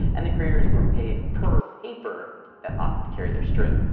and the creators were paid per paper that offered to carry their strip.